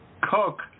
cook